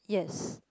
yes